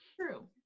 true